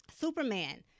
Superman